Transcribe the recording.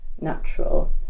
natural